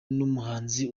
n’umuhanzi